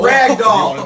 Ragdoll